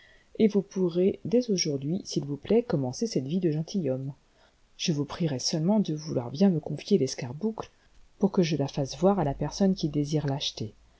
et vous pourrez dès aujourd'hui s'il vous plaît commencer cette vie de gentilhomme je vous prierai seulement de vouloir bien me confier l'escarboucle pour que je la fasse voir à la personne qui désire